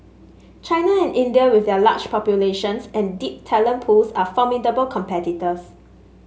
China and India with their large populations and deep talent pools are formidable competitors